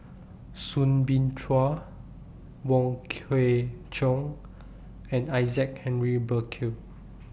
Soon Bin Chua Wong Kwei Cheong and Isaac Henry Burkill